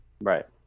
Right